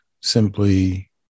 simply